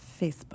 Facebook